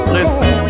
listen